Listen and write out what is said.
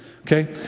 okay